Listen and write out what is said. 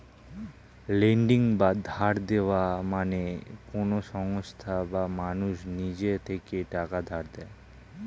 lending বা ধার দেওয়া মানে কোন সংস্থা বা মানুষ নিজের থেকে টাকা ধার দেয়